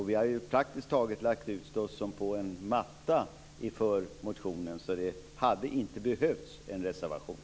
Vi har praktiskt taget lagt ut oss som på en matta inför motionen, så det hade inte behövts en reservation.